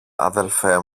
αδελφέ